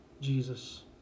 Jesus